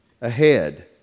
ahead